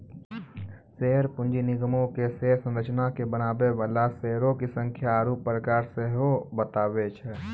share पूंजी निगमो के शेयर संरचना के बनाबै बाला शेयरो के संख्या आरु प्रकार सेहो बताबै छै